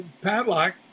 padlock